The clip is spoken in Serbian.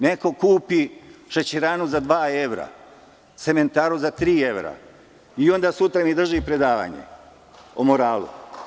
Neko kupi šećeranu za dva evra, cementaru za tri evra i onda sutra mi drži predavanje o moralu.